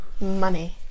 Money